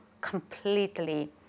completely